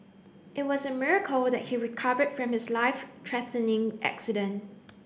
it was a miracle that he recovered from his life threatening accident